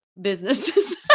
businesses